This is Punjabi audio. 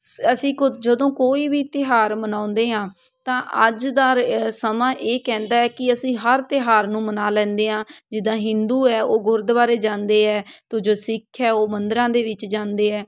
ਅਸੀਂ ਕ ਜਦੋਂ ਕੋਈ ਵੀ ਤਿਉਹਾਰ ਮਨਾਉਂਦੇ ਹਾਂ ਤਾਂ ਅੱਜ ਦਾ ਸਮਾਂ ਇਹ ਕਹਿੰਦਾ ਹੈ ਕਿ ਅਸੀਂ ਹਰ ਤਿਉਹਾਰ ਨੂੰ ਮਨਾ ਲੈਂਦੇ ਹਾਂ ਜਿੱਦਾਂ ਹਿੰਦੂ ਹੈ ਉਹ ਗੁਰਦੁਆਰੇ ਜਾਂਦੇ ਆ ਤੋ ਜੋ ਸਿੱਖ ਹੈ ਉਹ ਮੰਦਿਰਾਂ ਦੇ ਵਿੱਚ ਜਾਂਦੇ ਹੈ